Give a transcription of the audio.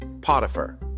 Potiphar